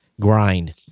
grind